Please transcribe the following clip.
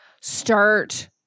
start